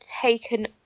taken